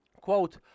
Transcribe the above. quote